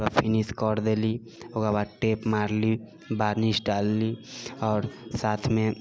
पूरा फिनिश करि देली ओकर बाद टेप मारली वार्निश डालली आओर साथमे